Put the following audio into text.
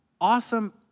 awesome